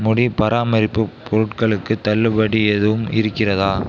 முடி பராமரிப்பு பொருட்களுக்கு தள்ளுபடி எதுவும் இருக்கிறதா